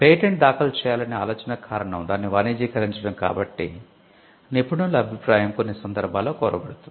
patent దాఖలు చేయాలనే ఆలోచనకు కారణం దానిని వాణిజ్యీకరించడం కాబట్టి నిపుణుల అభిప్రాయం కొన్ని సందర్భాల్లో కోరబడుతుంది